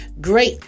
great